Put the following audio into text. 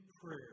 prayer